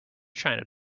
china